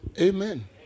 Amen